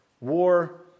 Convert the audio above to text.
war